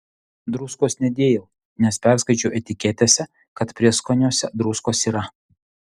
druskos nedėjau nes perskaičiau etiketėse kad prieskoniuose druskos yra